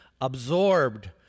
absorbed